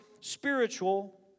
spiritual